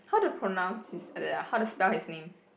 how to pronounce his how to spell his name